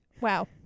wow